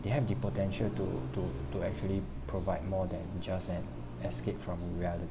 they have the potential to to to actually provide more than just an escape from reality